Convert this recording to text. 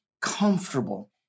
comfortable